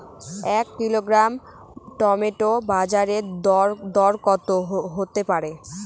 এক kilogram tomato বাজের দরকত হতে পারে?